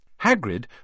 Hagrid